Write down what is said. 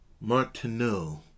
Martineau